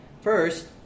First